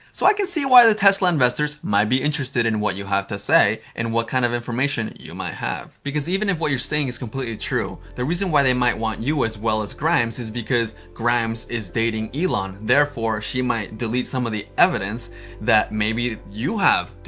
so i can see why the tesla investors might be interested in what you have to say and what kind of information you might have. because even if what you're saying is completely true, the reason why they might want you as well as grimes is because grimes is dating elon, therefore, she might delete some of the evidence that maybe you have.